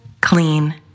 clean